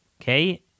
Okay